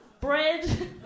Bread